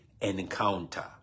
encounter